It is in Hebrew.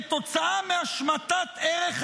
שכתוצאה מהשמטת ערך הניצחון,